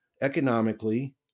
economically